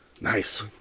Nice